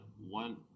one